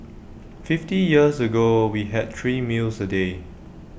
fifty years ago we had three meals A day